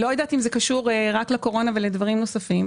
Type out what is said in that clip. אני לא יודעת אם זה קשור רק לקורונה או לדברים נוספים.